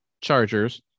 Chargers